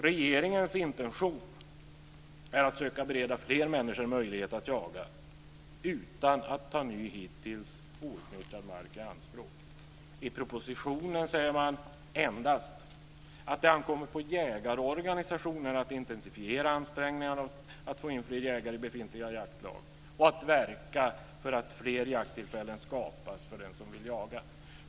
Regeringens intention är att söka bereda fler människor möjlighet att jaga utan att ta ny hittills outnyttjad mark i anspråk. I propositionen sägs endast att det ankommer på jägarorganisationerna att intensifiera ansträngningarna att få in fler jägare i befintliga jaktlag och att verka för att fler jakttillfällen skapas för den som vill jaga.